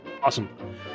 Awesome